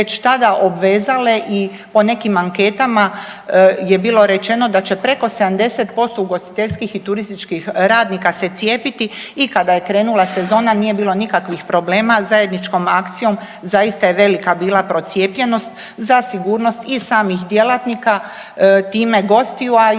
već tada obvezale i po nekim anketama je bilo rečeno da će preko 70% ugostiteljskih i turističkih radnika se cijepiti. I kada je krenula sezona nije bilo nikakvih problema. Zajedničkom akcijom zaista je velika bila procijepljenost za sigurnost i samih djelatnika time gostiju, a